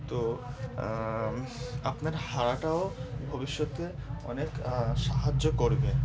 তো আপনার হারাটাও ভবিষ্যতে অনেক সাহায্য করবে